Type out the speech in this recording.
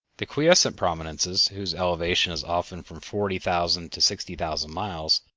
the quiescent prominences, whose elevation is often from forty thousand to sixty thousand miles,